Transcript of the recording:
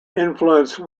influence